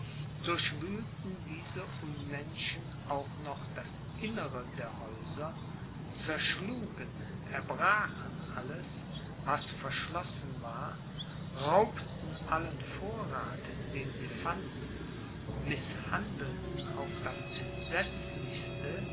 durchwühlten diese unmenschen auch noch das innere der häuser zerschlugen erbrachen alles was verschlossen war raubten allen vorrath den sie fanden mißhandelten auf das entsetzlichste